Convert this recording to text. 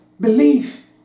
belief